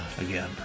Again